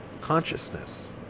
consciousness